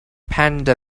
panda